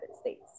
States